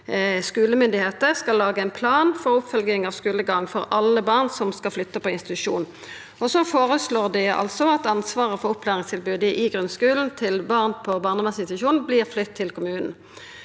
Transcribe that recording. skulemyndigheiter skal laga ein plan for oppfølging av skulegang for alle barn som skal flytta på institusjon. Så føreslår dei altså at ansvaret for opplæringstilbodet i grunnskulen til barn på barnevernsinstitusjon vert flytta til kommunen.